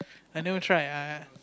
I never try I I